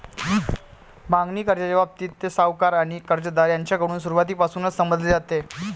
मागणी कर्जाच्या बाबतीत, ते सावकार आणि कर्जदार यांच्याकडून सुरुवातीपासूनच समजले जाते